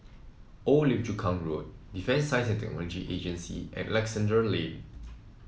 Old Lim Chu Kang Road Defence Science and Technology Agency and Alexandra Lane